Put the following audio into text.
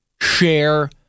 share